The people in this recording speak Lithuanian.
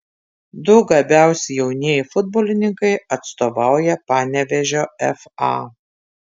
du gabiausi jaunieji futbolininkai atstovauja panevėžio fa